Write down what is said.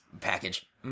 package